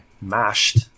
Mashed